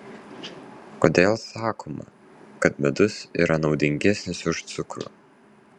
kodėl sakoma kad medus yra naudingesnis už cukrų